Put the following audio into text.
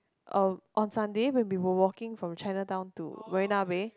um on Sunday when we were walking from Chinatown to Marina-Bay